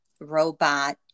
robot